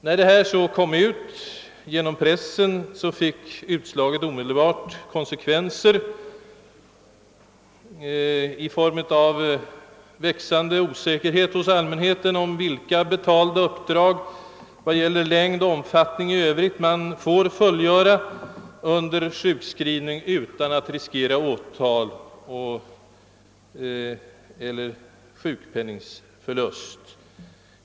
När detta offentliggjordes i pressen, fick utslaget omedelbara konsekvenser i form av växande osäkerhet hos allmänheten om vilka betalda uppdrag vad gäller längd och omfattning i övrigt man får fullgöra under sjukskrivning utan att riskera åtal eller förlust av sjukpenning.